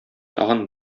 тагын